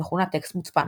המכונה טקסט מוצפן.